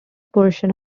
portion